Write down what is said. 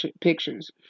pictures